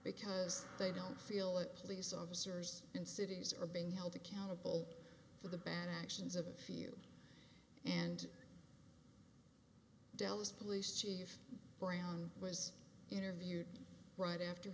because they don't feel it police officers in cities are being held accountable for the bad actions of a few and dell is police chief brown was interviewed right after